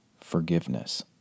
forgiveness